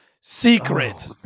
secret